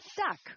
stuck